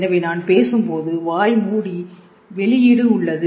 எனவே நான் பேசும்போது வாய் மூடி வெளியீடு உள்ளது